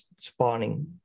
spawning